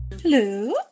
hello